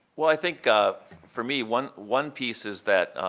well, i think for me, one one piece is that